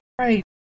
right